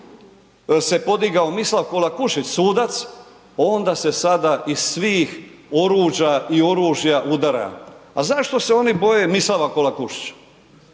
se podigao Mislav Kolakušić sudac, onda se sada iz svih oruđa i oružja udara. A zašto se oni boje Mislava Kolakušića?